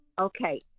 Okay